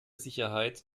sicherheit